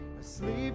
asleep